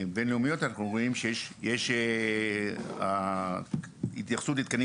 בינלאומיות אנחנו רואים שיש התייחסות לתקנים